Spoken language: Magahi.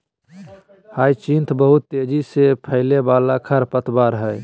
ह्यचीन्थ बहुत तेजी से फैलय वाला खरपतवार हइ